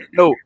no